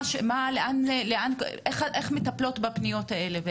איך מטפלות בפניות האלה?